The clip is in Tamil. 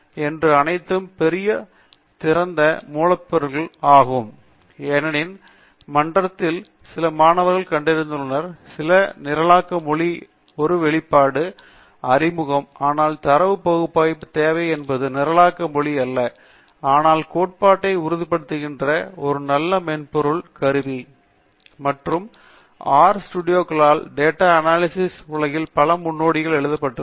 என்று அனைத்து பெரிய திறந்த மூல மென்பொருள் தொகுப்பு ஏனெனில் மன்றத்தில் சில மாணவர்கள் கண்டறிந்துள்ளனர் சில நிரலாக்க மொழி ஒரு வெளிப்பாடு அறிமுகம் ஆனால் தரவு பகுப்பாய்வு தேவை என்பது நிரலாக்க மொழி அல்ல ஆனால் கோட்பாட்டை உறுதிப்படுத்துகின்ற ஒரு நல்ல மென்பொருளான கருவி மற்றும் ஆர் ஸ்டாடிஸ்டிக்கால் டாட்டா அனாலிசிஸ் உலகில் பல முன்னோடிகளால் எழுதப்பட்டுள்ளது